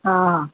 हा